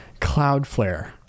Cloudflare